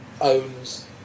owns